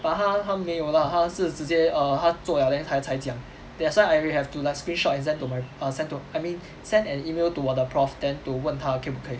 but 他他没有 lah 他是直接 err 他做 liao then 他才讲 that's why I will have to like screenshot and send to my err send to I mean send an email to 我的 prof then to 问他可不可以